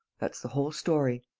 that's the whole story.